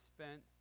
spent